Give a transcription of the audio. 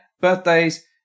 birthdays